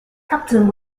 captain